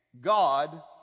God